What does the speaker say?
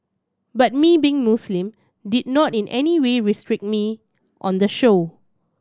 but me being Muslim did not in any way restrict me on the show